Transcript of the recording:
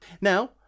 Now